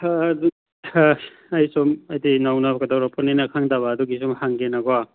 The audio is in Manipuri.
ꯁꯨꯝ ꯍꯥꯏꯗꯤ ꯅꯧꯅ ꯇꯧꯔꯛꯄꯅꯤꯅ ꯈꯪꯗꯕ ꯑꯗꯨꯒꯤ ꯁꯨꯝ ꯍꯪꯒꯦꯅ ꯀꯣ